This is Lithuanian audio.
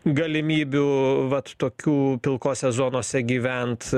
galimybių vat tokių pilkose zonose gyvent